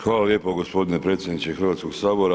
Hvala lijepo gospodine predsjedniče Hrvatskog sabora.